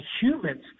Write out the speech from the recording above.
humans –